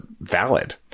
valid